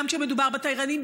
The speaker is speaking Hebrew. גם כשמדובר בתיירנים,